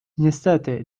niestety